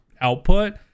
output